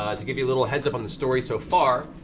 to give you a little heads-up on the story so far,